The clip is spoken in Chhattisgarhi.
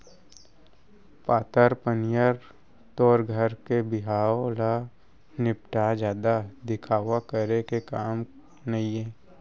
पातर पनियर तोर घर के बिहाव ल निपटा, जादा दिखावा करे के काम नइये